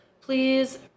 Please